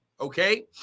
okay